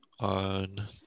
on